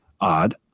odd